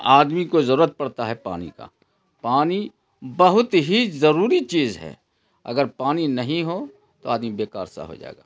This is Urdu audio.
آدمی کو ضرورت پڑتا ہے پانی کا پانی بہت ہی ضروری چیز ہے اگر پانی نہیں ہو تو آدمی بیکار سا ہو جائے گا